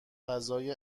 فضای